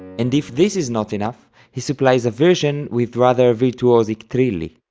and if this is not enough he supplies a version with rather virtuosic trilli